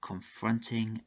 Confronting